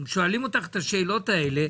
שואלים אותך את השאלות האלה,